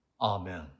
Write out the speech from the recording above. Amen